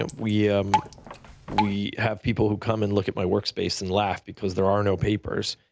and we um we have people who come and look at my workspace and laugh because there are no papers.